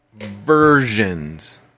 versions